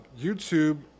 YouTube